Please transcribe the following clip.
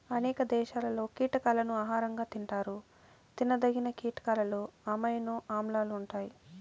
అనేక దేశాలలో కీటకాలను ఆహారంగా తింటారు తినదగిన కీటకాలలో అమైనో ఆమ్లాలు ఉంటాయి